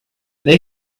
they